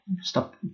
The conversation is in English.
stop